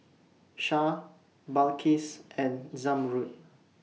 Shah Balqis and Zamrud